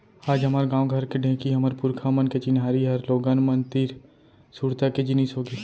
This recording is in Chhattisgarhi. आज हमर गॉंव घर के ढेंकी हमर पुरखा मन के चिन्हारी हर लोगन मन तीर सुरता के जिनिस होगे